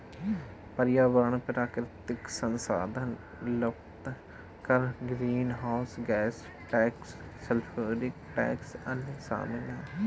पर्यावरण प्राकृतिक संसाधन खपत कर, greenhouse gas tax, sulphuric tax, अन्य शामिल हैं